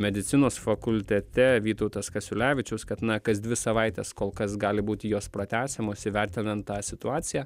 medicinos fakultete vytautas kasiulevičius kad na kas dvi savaitės kol kas gali būti jos pratęsiamos įvertinant tą situaciją